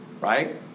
right